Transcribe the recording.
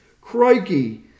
Crikey